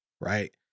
right